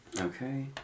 Okay